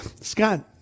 scott